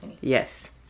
Yes